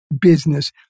business